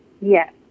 yes